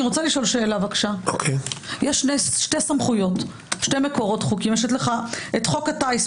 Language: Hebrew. אני מבקשת לשאול יש שני מקורות חוקים: חוק הטיס,